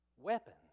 weapons